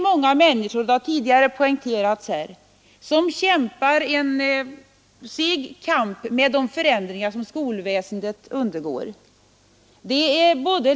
Många människor — det har tidigare poängterats — kämpar en seg kamp med de förändringar som skolväsendet undergår.